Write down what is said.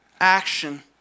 action